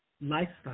lifestyle